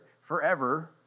forever